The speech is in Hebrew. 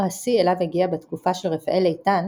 השיא אליו הגיע בתקופה של רפאל איתן